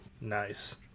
Nice